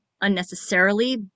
unnecessarily